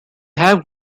have